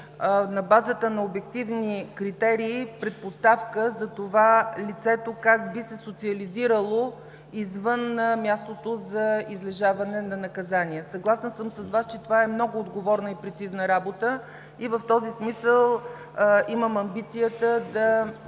на базата на обективни критерии, предпоставка за това, как лицето би се социализирало извън мястото за излежаване на наказание. Съгласна съм с Вас, че това е много отговорна и прецизна работа. В този смисъл имам амбицията да